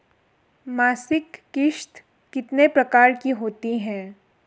मासिक किश्त कितने प्रकार की होती है?